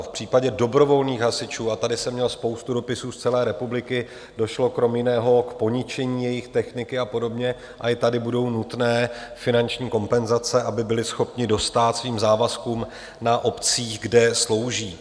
V případě dobrovolných hasičů, a tady jsem měl spoustu dopisů z celé republiky, došlo kromě jiného k poničení jejich techniky a podobně, a i tady budou nutné finanční kompenzace, aby byli schopni dostát svým závazkům na obcích, kde slouží.